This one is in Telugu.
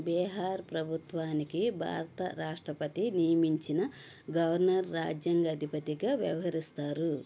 బీహార్ ప్రభుత్వానికి భారత రాష్ట్రపతి నియమించిన గవర్నర్ రాజ్యాంగ అధిపతిగా వ్యవహరిస్తారు